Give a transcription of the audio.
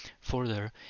Further